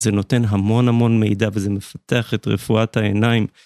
זה נותן המון המון מידע וזה מפתח את רפואת העיניים.